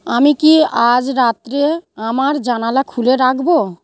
আমি কি আজ রাত্রে আমার জানালা খুলে রাখবো